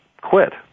quit